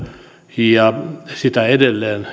ja sitä edelleen